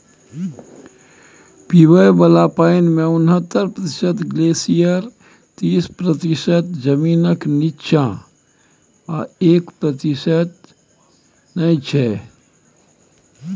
पीबय बला पानिमे उनहत्तर प्रतिशत ग्लेसियर तीस प्रतिशत जमीनक नीच्चाँ आ एक प्रतिशत नदी छै